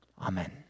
Amen